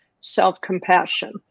self-compassion